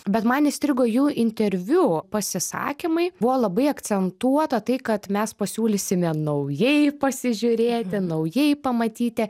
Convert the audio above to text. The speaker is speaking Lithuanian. bet man įstrigo jų interviu pasisakymai buvo labai akcentuota tai kad mes pasiūlysime naujai pasižiūrėti naujai pamatyti